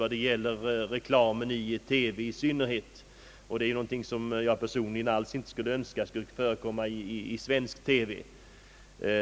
Detta är någonting som jag personligen alls inte skulle önska att vi fick i svensk TV.